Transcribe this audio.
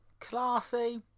classy